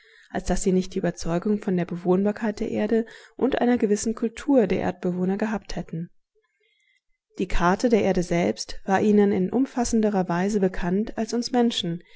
als daß sie nicht die überzeugung von der bewohnbarkeit der erde und einer gewissen kultur der erdbewohner gehabt hätten die karte der erde selbst war ihnen in umfassenderer weise bekannt als uns menschen